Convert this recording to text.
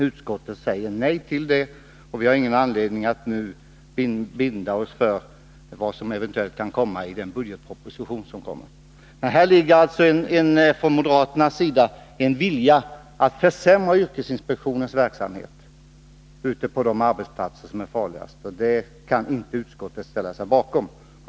Utskottet säger nej till detta. Vi har ingen anledning att nu binda oss för det som eventuellt kan komma i den budgetproposition som skall läggas fram. Här finns från moderaternas sida én vilja att försämra yrkesinspektionens verksamhet på de arbetsplatser som är farligast, och det kan inte utskottet ställa sig bakom.